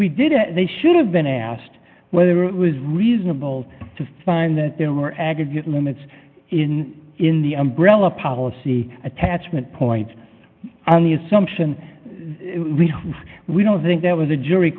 we did it they should have been asked whether it was reasonable to find that there were aggregate limits in the umbrella policy attachment points on the assumption we don't think there was a jury